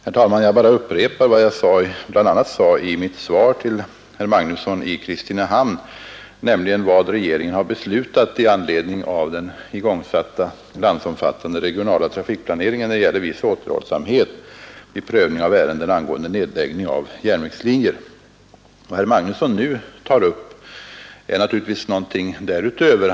Herr talman! Jag bara upprepar vad jag bl.a. sade i mitt svar till herr Magnusson i Kristinehamn, nämligen ”att regeringen har för avsikt att iaktta viss återhållsamhet vid prövning av ärenden angående nedläggning av järnvägslinjer”. Vad herr Magnusson nu tar upp är någonting därutöver.